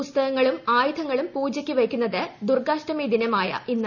പുസ്തകങ്ങളും ആയുധങ്ങളും പൂജയ്ക്കു വയ്ക്കുന്നതു ദുർഗ്ഗാഷ്ടമി ദിനമായ ഇന്ന്